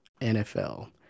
NFL